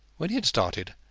when he had started,